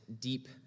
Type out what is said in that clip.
deep